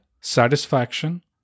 satisfaction